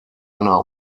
einer